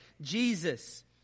Jesus